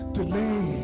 delay